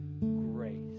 grace